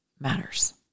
matters